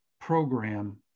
program